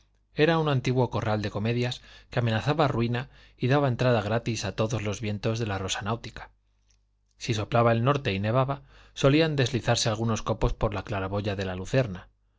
era un antiguo corral de comedias que amenazaba ruina y daba entrada gratis a todos los vientos de la rosa náutica si soplaba el norte y nevaba solían deslizarse algunos copos por la claraboya de la lucerna